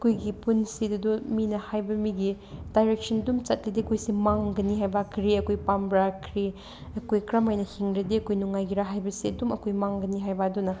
ꯑꯩꯈꯣꯏꯒꯤ ꯄꯨꯟꯁꯤꯗ ꯑꯗꯨ ꯃꯤꯅ ꯍꯥꯏꯕ ꯃꯤꯒꯤ ꯗꯥꯏꯔꯦꯛꯁꯟ ꯗꯨꯝ ꯆꯠꯂꯗꯤ ꯑꯩꯈꯣꯏꯁꯦ ꯃꯥꯡꯒꯅꯤ ꯍꯥꯏꯕ ꯀꯔꯤ ꯑꯩꯈꯣꯏ ꯄꯥꯝꯕ꯭ꯔꯥ ꯀꯔꯤ ꯑꯩꯈꯣꯏ ꯀꯔꯝ ꯍꯥꯏꯅ ꯍꯤꯡꯔꯗꯤ ꯑꯩꯈꯣꯏ ꯅꯨꯡꯉꯥꯏꯒꯦꯔꯥ ꯍꯥꯏꯕꯁꯤ ꯑꯗꯨꯝ ꯑꯩꯈꯣꯏ ꯃꯥꯡꯒꯅꯤ ꯍꯥꯏꯕ ꯑꯗꯨꯅ